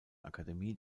akademie